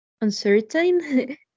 uncertain